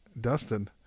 Dustin